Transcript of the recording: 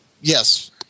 Yes